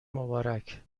مبارک